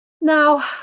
Now